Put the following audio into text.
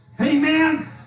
Amen